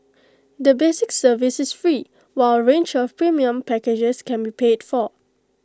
the basic service is free while A range of premium packages can be paid for